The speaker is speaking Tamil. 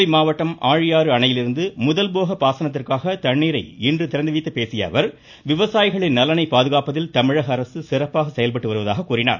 கோவை மாவட்டம் ஆழியாறு அணையிலிருந்து முதல் போக பாசனத்திற்காக தண்ணீரை இன்று திறந்து விட்டுப் பேசிய அவர் விவசாயிகளின் நலனை பாதுகாப்பதில் தமிழக அரசு சிறப்பாக செயல்பட்டு வருவதாக கூறினார்